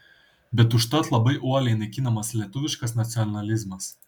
bet užtat labai uoliai naikinamas lietuviškas nacionalizmas